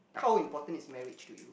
how important is marriage to you